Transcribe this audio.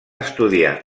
estudiar